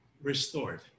restored